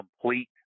complete